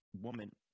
woman